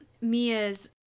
Mia's